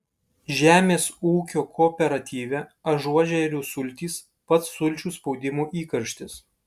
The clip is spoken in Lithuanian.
žemės ūkio kooperatyve ažuožerių sultys pats sulčių spaudimo įkarštis